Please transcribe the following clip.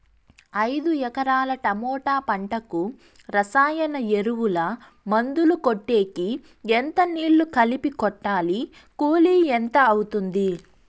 ఐదు ఎకరాల టమోటా పంటకు రసాయన ఎరువుల, మందులు కొట్టేకి ఎంత నీళ్లు కలిపి కొట్టాలి? కూలీ ఎంత అవుతుంది?